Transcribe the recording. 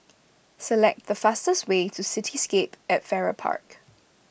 select the fastest way to Cityscape at Farrer Park